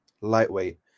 lightweight